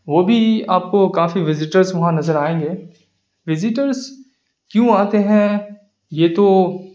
وہ بھی آپ کو کافی وزٹرس وہاں نظر آئیں گے وزٹرس کیوں آتے ہیں یہ تو